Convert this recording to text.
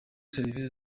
serivisi